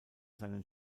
seinen